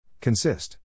consist